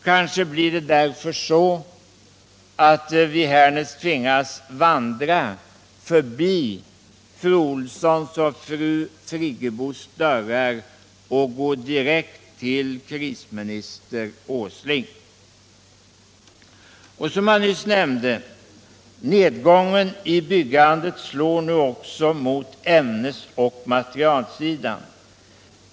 Kanske blir det därför så, att vi härnäst tvingas vandra förbi fru Olssons och fru Friggebos dörrar och gå direkt till krisminister Åsling. Och, som jag nyss nämnde, nedgången i byggandet slår nu också mot ämnesoch materialsidan.